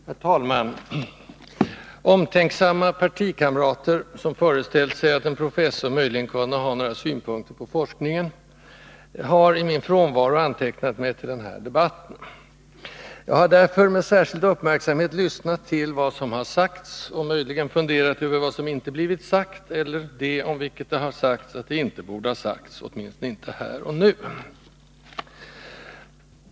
Herr talman! Omtänksamma partikamrater, som föreställt sig att en professor möjligen kunde ha några synpunkter på forskningen, har i min frånvaro antecknat mig för den här debatten. Jag har därför med särskild uppmärksamhet lyssnat på vad som har sagts och funderat över det som inte har blivit sagt eller det om vilket det har sagts att det inte borde ha sagts, åtminstone inte här och nu.